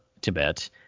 Tibet